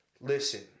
listen